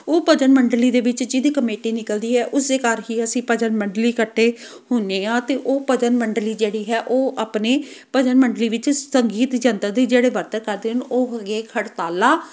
ਉਹ ਭਜਨ ਮੰਡਲੀ ਦੇ ਵਿੱਚ ਜਿਹਦੀ ਕਮੇਟੀ ਨਿਕਲਦੀ ਹੈ ਉਸੇ ਘਰ ਹੀ ਅਸੀਂ ਭਜਨ ਮੰਡਲੀ ਇਕੱਠੇ ਹੁੰਦੇ ਹਾਂ ਅਤੇ ਉਹ ਭਜਨ ਮੰਡਲੀ ਜਿਹੜੀ ਹੈ ਉਹ ਆਪਣੇ ਭਜਨ ਮੰਡਲੀ ਵਿੱਚ ਸੰਗੀਤ ਯੰਤਰਾਂ ਦੀ ਜਿਹੜੇ ਵਰਤੋਂ ਕਰਦੇ ਹਨ ਉਹ ਹੈਗੇ ਆ ਖੜਤਾਲਾ